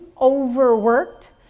overworked